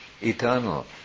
eternal